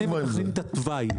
נו, באמת.